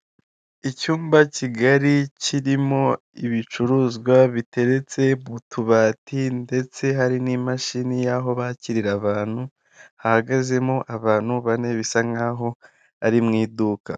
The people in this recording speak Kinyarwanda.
Icyumba kigari kirimo ibicuruzwa biteretse mu tubati ndetse hari n'imashini y'aho bakirira abantu, hahagazemo abantu bane bisa nk'aho ari mu iduka.